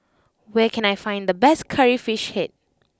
where can I find the best Curry Fish Head